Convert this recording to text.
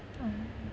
orh